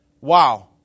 wow